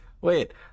wait